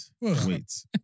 wait